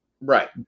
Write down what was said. right